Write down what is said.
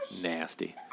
Nasty